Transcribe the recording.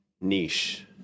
niche